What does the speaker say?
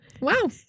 wow